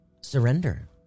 surrender